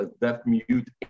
deaf-mute